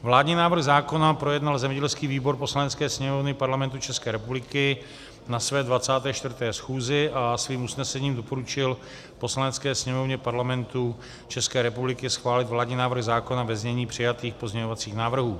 Vládní návrh zákona projednal zemědělský výbor Poslanecké sněmovny Parlamentu České republiky na své 24. schůzi a svým usnesením doporučil Poslanecké sněmovně Parlamentu České republiky schválit vládní návrh zákona ve znění přijatých pozměňovacích návrhů.